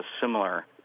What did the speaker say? similar